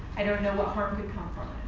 i don't know what harm could come from